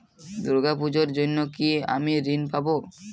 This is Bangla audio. দুর্গা পুজোর জন্য কি আমি ঋণ পাবো?